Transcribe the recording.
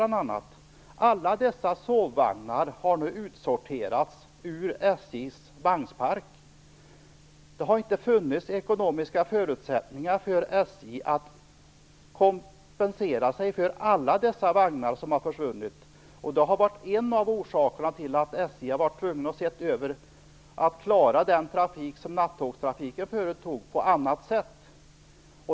Alla dessa sovvagnar har nu utsorterats ur SJ:s vagnspark. Det har inte funnits ekonomiska förutsättningar för SJ att kompensera sig för alla vagnar som har försvunnit. Detta har varit en av orsakerna till att man på SJ har varit tvungen att se till att klara nattågstrafiken på annat sätt.